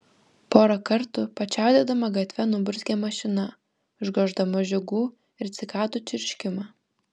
porą kartų pačiaudėdama gatve nuburzgė mašina užgoždama žiogų ir cikadų čirškimą